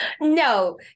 No